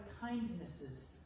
kindnesses